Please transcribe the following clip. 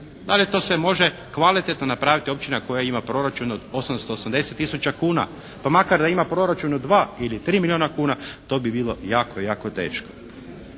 Da li to sve može kvalitetno napraviti općina koja ima proračun od 880 tisuća kuna pa makar da ima proračun od 2 ili 3 milijuna kuna to bi bilo jako, jako teško.